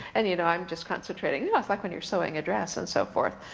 and you know i'm just concentrating. you know, it's like when you're sewing a dress and so forth.